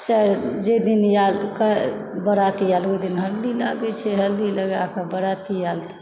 जे दिन बाराती आयल ओ दिन हल्दी लागै छै हल्दी लगाकऽ बाराती आयल तऽ